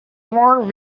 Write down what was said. morgen